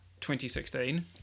2016